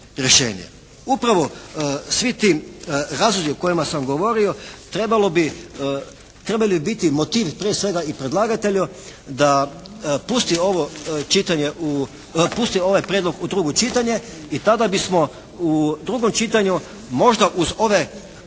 Upravo svi ti razlozi o kojima sam govorio trebalo bi, trebali bi biti motiv prije svega i predlagatelju da pusti ovo čitanje u, pusti ovaj prijedlog u drugo čitanje i tada bismo u drugom čitanju možda uz ove ponavljam